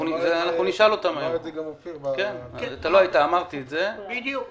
אתה לא היית, אמרתי את זה בדברי הפתיחה.